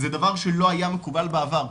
זה דבר שלא היה מקובל בעבר.